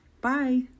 Bye